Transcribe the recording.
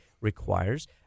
requires